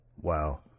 Wow